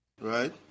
right